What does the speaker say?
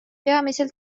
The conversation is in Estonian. peamiselt